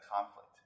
conflict